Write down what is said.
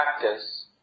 practice